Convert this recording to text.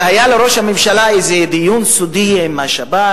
שהיה לראש הממשלה איזה דיון סודי עם השב"כ,